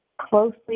closely